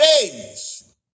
days